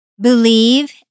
believe